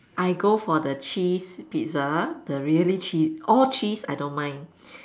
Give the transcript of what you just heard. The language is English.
I go for the cheese Pizza the really chee~ all cheese I don't mind